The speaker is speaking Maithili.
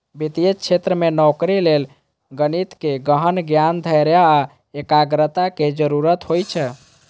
वित्तीय क्षेत्र मे नौकरी लेल गणितक गहन ज्ञान, धैर्य आ एकाग्रताक जरूरत होइ छै